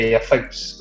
effects